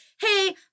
hey